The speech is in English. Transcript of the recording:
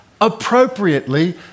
appropriately